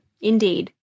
Indeed